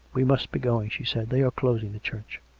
we must be going, she said. they are closing the church.